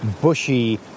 bushy